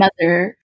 mother